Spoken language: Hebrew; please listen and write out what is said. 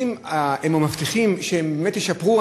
אם הם מבטיחים שהם באמת ישפרו,